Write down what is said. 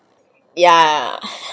yeah